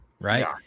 right